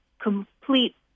complete